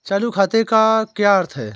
चालू खाते का क्या अर्थ है?